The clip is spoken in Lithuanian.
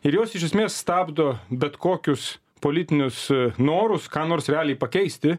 ir jos iš esmės stabdo bet kokius politinius norus ką nors realiai pakeisti